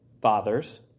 fathers